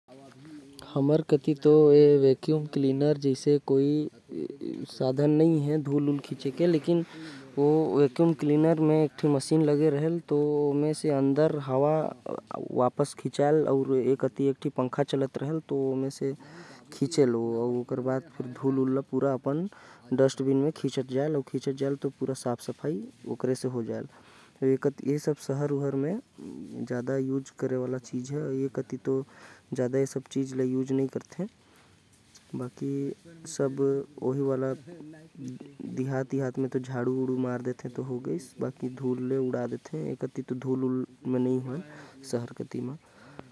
हमर गांव कति ए सब इस्तेमाल नही करथे। लेकिन वैक्यूम क्लीनर म एक ठो मशीन अउ पंखा लगे रहथे। जे हर धूल ल अपन एक थैली म खिंच लेथे। एकर से सफाई हो जाथे ए सब सहर कति ज्यादा इस्तेमाल करथे।